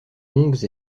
longues